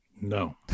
No